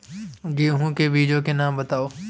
गेहूँ के बीजों के नाम बताओ?